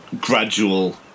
gradual